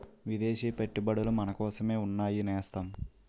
విదేశీ పెట్టుబడులు మనకోసమే ఉన్నాయి నేస్తం